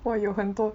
!wah! 有很多